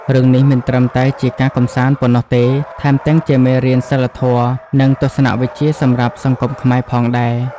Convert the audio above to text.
រឿងនេះមិនត្រឹមតែជាការកម្សាន្តប៉ុណ្ណោះទេ ថែមទាំងជាមេរៀនសីលធម៌ នឹងទស្សនវិជ្ជាសម្រាប់សង្គមខ្មែរផងដែរ ។